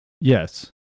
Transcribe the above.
Yes